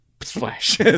splash